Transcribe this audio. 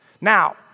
Now